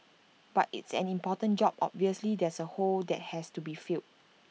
but it's an important job obviously there's A hole that has to be filled